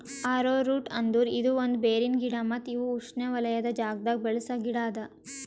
arrowroot ಅಂದುರ್ ಇದು ಒಂದ್ ಬೇರಿನ ಗಿಡ ಮತ್ತ ಇವು ಉಷ್ಣೆವಲಯದ್ ಜಾಗದಾಗ್ ಬೆಳಸ ಗಿಡ ಅದಾ